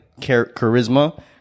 charisma